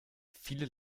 viele